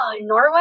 Norway